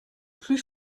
plus